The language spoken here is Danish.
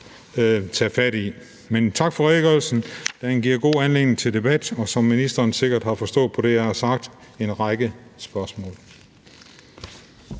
tage fat i. Men tak for redegørelsen. Den giver god anledning til debat, og som ministeren sikkert har forstået på det, jeg har sagt, anledning til en række spørgsmål.